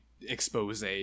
expose